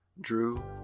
Drew